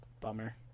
Bummer